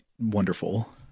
wonderful